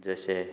जशे